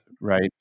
right